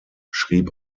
schrieb